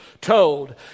told